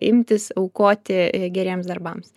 imtis aukoti geriems darbams